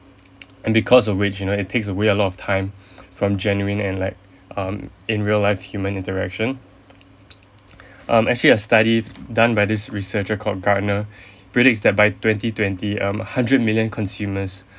and because of which you know it takes a way a lot of time from genuine and like um in real life human interaction um actually a study done by this researcher called gartner predicts that by twenty twenty um hundred million consumers